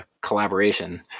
collaboration